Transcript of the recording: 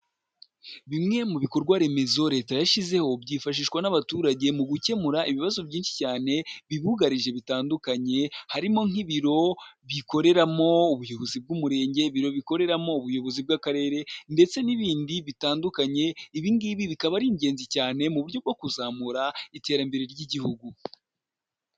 Bimwe mu bikorwa remezo leta yashyizeho, byifashishwa n'abaturage mu gukemura ibibazo byinshi cyane, bibugarije bitandukanye, harimo nk'ibiro bikoreramo ubuyobozi bw'umurenge, ibiro bikoreramo ubuyobozi bw'akarere ndetse n'ibindi bitandukanye, ibi ngibi bikaba ari ingenzi cyane, mu buryo bwo kuzamura iterambere ry'igihugu.